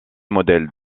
modèles